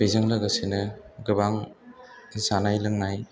बेजों लोगोसेनो गोबां जानाय लोंनाय